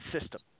system